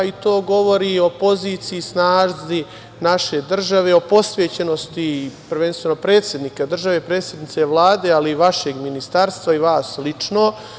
To govori o poziciji i snazi naše države o posvećenosti, prvenstveno predsednika države i predsednice Vlade, ali i vašeg ministarstva i vas lično.